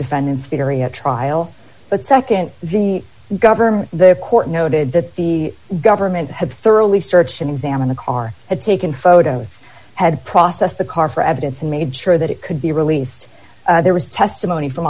defendant theory at trial but nd the government the court noted that the government had thoroughly search and examine the car had taken photos had processed the car for evidence and made sure that it could be released there was testimony from